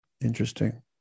Interesting